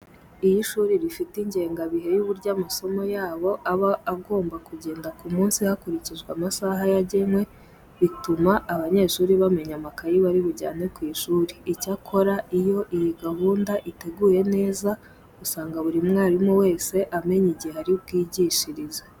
Iyo ishuri rifite ingengabihe y'uburyo amasomo yabo aba agomba kugenda ku munsi hakurikijwe amasaha yagenwe, bituma abanyeshuri bamenya amakayi bari bujyane ku ishuri. Icyakora iyo iyi gahunda iteguye neza usanga buri mwarimu wese amenya igihe ari bwigishirize.